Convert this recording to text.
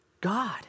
God